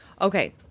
Okay